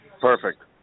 Perfect